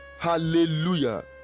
Hallelujah